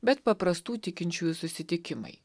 bet paprastų tikinčiųjų susitikimai